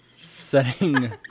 setting